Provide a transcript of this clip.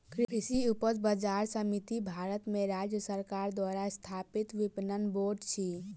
कृषि उपज बजार समिति भारत में राज्य सरकार द्वारा स्थापित विपणन बोर्ड अछि